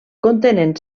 contenen